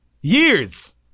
Years